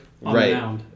Right